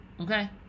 okay